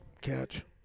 catch